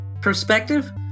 perspective